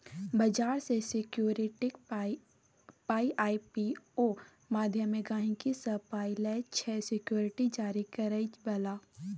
बजार मे सिक्युरिटीक पाइ आइ.पी.ओ माध्यमे गहिंकी सँ पाइ लैत छै सिक्युरिटी जारी करय बला